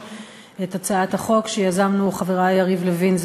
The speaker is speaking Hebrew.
את הצעת החוק שיזמנו חברי יריב לוין,